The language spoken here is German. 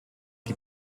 die